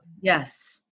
Yes